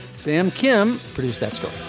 sam kim produced that still